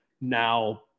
now